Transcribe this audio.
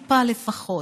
טיפה, לפחות,